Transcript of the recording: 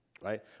right